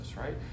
right